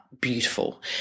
beautiful